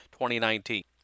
2019